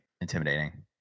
intimidating